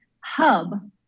hub